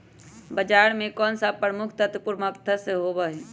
बाजरा में कौन सा पोषक तत्व प्रमुखता से होबा हई?